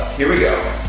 here we go.